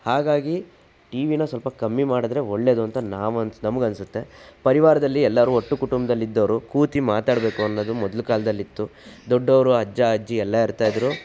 ಹಾಗಾಗಿ ಟಿ ವಿನ ಸ್ವಲ್ಪ ಕಮ್ಮಿ ಮಾಡಿದ್ರೆ ಒಳ್ಳೆಯದು ಅಂತ ನಾವನ್ಸ್ ನಮಗನ್ಸುತ್ತೆ ಪರಿವಾರದಲ್ಲಿ ಎಲ್ಲರೂ ಒಟ್ಟು ಕುಟುಂಬದಲ್ಲಿ ಇದ್ದೋರು ಕೂತು ಮಾತಾಡ್ಬೇಕು ಅನ್ನೋದು ಮೊದಲು ಕಾಲದಲ್ಲಿತ್ತು ದೊಡ್ಡವರು ಅಜ್ಜ ಅಜ್ಜಿ ಎಲ್ಲ ಇರ್ತಾಯಿದ್ರು